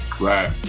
Right